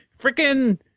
freaking